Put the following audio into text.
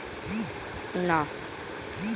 নুনওয়ালা জলে জলজ প্রাণী আর উদ্ভিদ গুলো চাষ করে